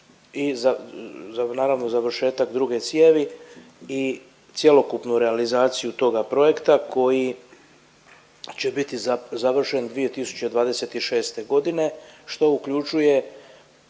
i naravno završetak druge cijevi i cjelokupnu realizaciju toga projekta koji će biti završen 2026. godine što uključuje